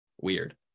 weird